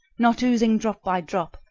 not oozing drop by drop,